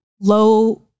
low